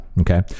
Okay